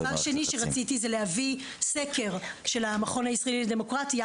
דבר שני זה להביא סקר של המכון הישראלי לדמוקרטיה